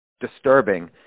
disturbing